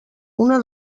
una